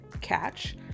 Catch